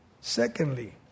Secondly